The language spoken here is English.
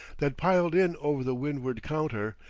that piled in over the windward counter,